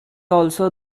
also